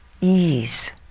ease